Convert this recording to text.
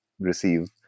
receive